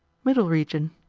middle region.